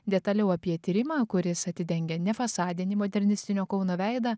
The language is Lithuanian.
detaliau apie tyrimą kuris atidengė nefasadinį modernistinio kauno veidą